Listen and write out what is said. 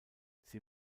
sie